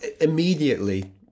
immediately